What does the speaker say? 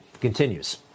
Continues